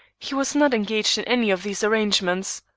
he was not engaged in any of these arrangements.